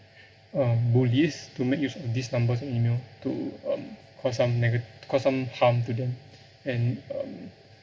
um bullies to make use of these numbers and email to um cause some nega~ cause some harm to them and um